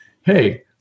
hey